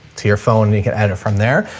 to your phone you can edit from there.